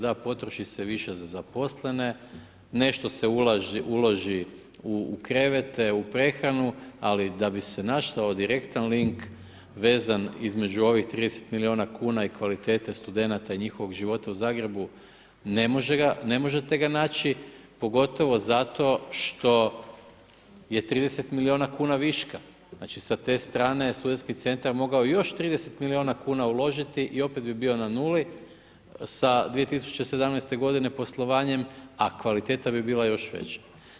Da, potroši se više za zaposlene, nešto se uloži u krevete, u prehranu ali da bi se našao direktan link vezan između ovih 30 milijuna kn i kvalitete studenata i njihovog života u Zagrebu, ne možete ga naći pogotovo zato što je 30 milijuna kn viška, znači sa te strane SC je mogao još 30 milijuna kn uložiti i opet bi bio na nuli sa 2017. g. poslovanjem a kvaliteta bi bila još veća.